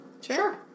Sure